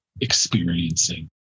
experiencing